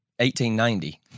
1890